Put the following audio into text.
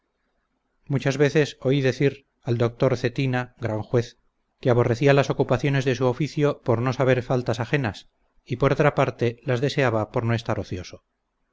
muchas veces oí decir al doctor cetina gran juez que aborrecía las ocupaciones de su oficio por no saber faltas ajenas y por otra parte las deseaba por no estar ocioso